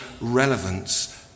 relevance